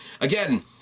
again